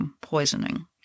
poisoning